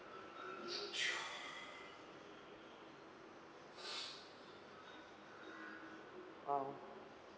oh